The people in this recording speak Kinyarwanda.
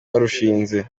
barushinze